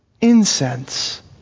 incense